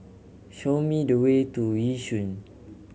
show me the way to Yishun